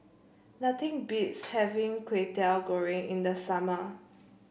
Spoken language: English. nothing beats having Kwetiau Goreng in the summer